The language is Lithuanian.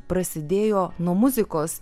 prasidėjo nuo muzikos